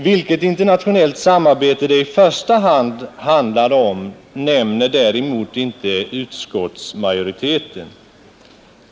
Vilket internationellt samarbete det i första hand var fråga om nämner däremot inte utskottsmajoriteten.